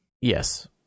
Yes